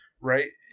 Right